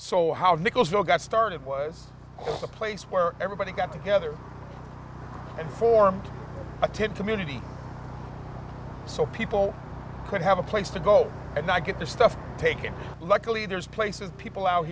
so how mikell still got started was the place where everybody got together and formed a tent community so people could have a place to go and not get the stuff taken luckily there's places people out